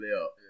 up